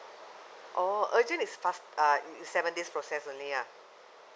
oh urgent is fast uh it's seven days process only ah